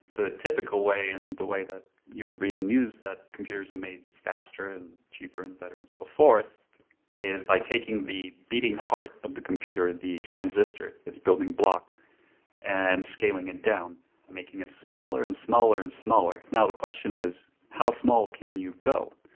the typical way and the way that you'll read the news that computers are made faster and cheaper and better and so forth is by taking the beating heart of the computer, the transistor, its building block and scaling it down making it smaller and smaller, and smaller. now, the question is, how small can you go?